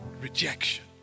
rejection